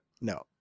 no